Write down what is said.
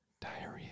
diarrhea